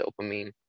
dopamine